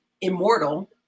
immortal